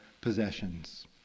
possessions